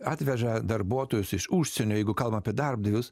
atveža darbuotojus iš užsienio jeigu kalbam apie darbdavius